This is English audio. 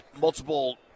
multiple